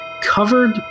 covered